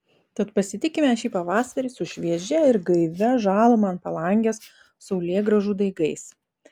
tad pasitikime šį pavasarį su šviežia ir gaivia žaluma ant palangės saulėgrąžų daigais